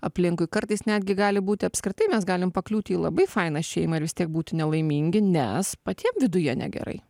aplinkui kartais netgi gali būti apskritai mes galim pakliūti į labai fainą šeimą ir vis tiek būti nelaimingi nes patiem viduje negerai